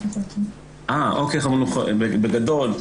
בגדול,